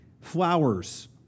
flowers